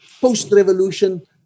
post-revolution